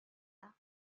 даа